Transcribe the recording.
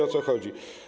o co chodzi.